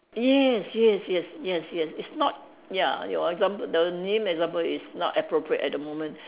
yes yes yes yes yes it's not ya your example the name example is not appropriate at the moment